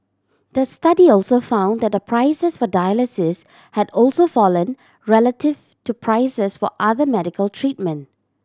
the study also found that the prices for dialysis had also fallen relative to prices for other medical treatment